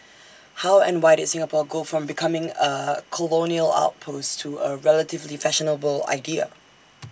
how and why did Singapore go from becoming A colonial outpost to A relatively fashionable idea